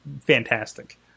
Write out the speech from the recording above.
fantastic